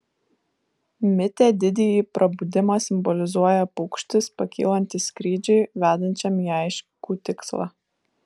mite didįjį prabudimą simbolizuoja paukštis pakylantis skrydžiui vedančiam į aiškų tikslą